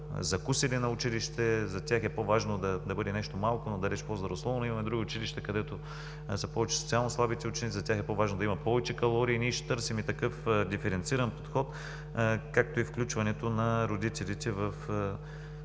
за тях е по-важно да бъде нещо малко, но далеч по-здравословно. Имаме училища, където повече са социално слабите ученици. За тях е по-важно да има повече калории. Ние ще търсим диференциран подход, както и включването на родителите в